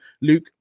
Luke